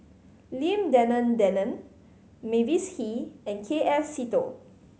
Lim Denan Denon Mavis Hee and K F Seetoh